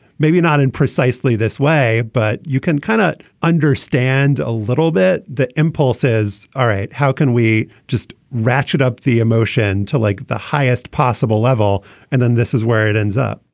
maybe not in precisely this way, but you can kind of understand a little bit the impulse says, all right. how can we just ratchet up the emotion to like the highest possible level and then this is where it ends up?